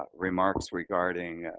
ah remarks regarding,